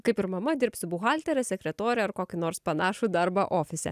kaip ir mama dirbsiu buhaltere sekretore ar kokį nors panašų darbą ofise